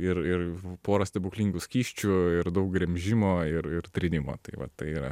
ir ir pora stebuklingų skysčių ir daug gremžimo ir ir trynimo tai va tai yra